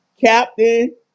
captain